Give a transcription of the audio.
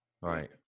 right